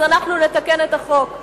אנחנו נתקן את החוק.